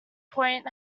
point